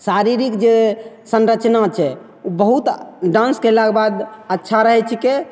शारीरिक जे सँरचना छै ओ बहुत डान्स कएलाके बाद अच्छा रहै छिकै